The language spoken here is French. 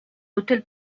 hôtel